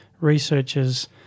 researchers